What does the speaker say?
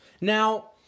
Now